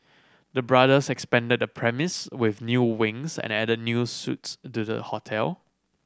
the brothers expanded the premise with new wings and added new suites to the hotel